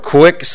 quick